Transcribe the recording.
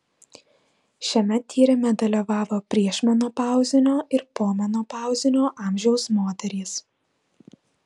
šiame tyrime dalyvavo priešmenopauzinio ir pomenopauzinio amžiaus moterys